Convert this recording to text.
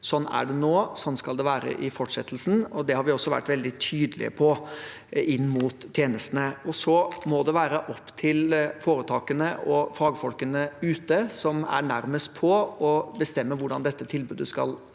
Slik er det nå, og slik skal det være i fortsettelsen. Det har vi også vært veldig tydelige på til tjenestene. Det må være opp til foretakene og fagfolkene ute, som er nærmest på, å bestemme hvordan dette tilbudet skal